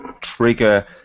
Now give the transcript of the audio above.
trigger